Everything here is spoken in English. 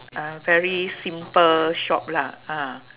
a very simple shop lah ah